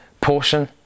portion